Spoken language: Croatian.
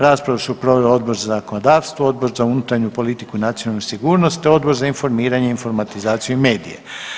Raspravu su proveli Odbor za zakonodavstvo, Odbor za unutarnju politiku i nacionalnu sigurnost te Odbor za informiranje, informatizaciju i medije.